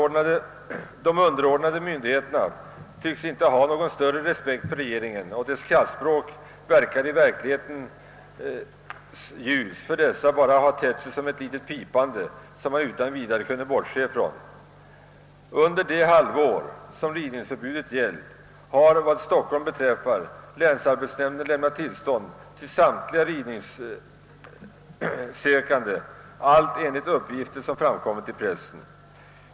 De underordnade myndigheterna tycks inte ha någon större respekt för regeringen, och dess kraftspråk tycks i verkligheten för dessa bara ha tett sig som ett litet pipande som man utan vidare kunde bortse ifrån. Under det halvår rivningsförbudet gällt har, vad Stockholm beträffar, länsarbetsnämnden lämnat tillstånd till samtliga rivningssökande, allt enligt uppgifter i pressen.